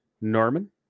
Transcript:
Norman